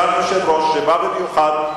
אבל סגן יושב-ראש שבא במיוחד,